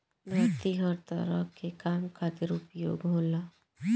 धरती हर तरह के काम खातिर उपयोग होला